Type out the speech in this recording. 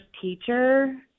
teacher